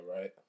right